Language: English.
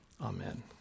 amen